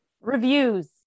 reviews